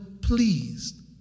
pleased